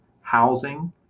housing